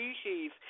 species